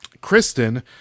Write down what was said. Kristen